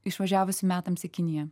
išvažiavusi metams į kiniją